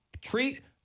treat